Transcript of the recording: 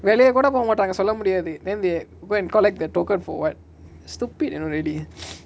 வெளிய கூட போமாட்டாங்க சொல்ல முடியாது:veliya kooda pomaatanga solla mudiyaathu then they go and collect the token for what stupid really